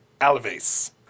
Alves